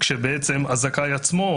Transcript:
כשהזכאי עצמו,